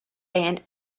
band